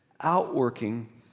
outworking